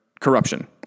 corruption